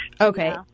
Okay